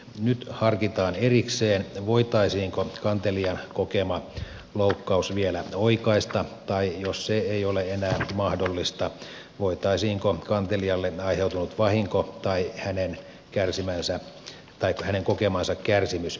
nyt harkitaan erikseen voitaisiinko kantelijan kokema loukkaus vielä oikaista tai jos se ei ole enää mahdollista voitaisiinko kantelijalle aiheutunut vahinko tai hänen kokemansa kärsimys hyvittää